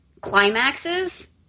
climaxes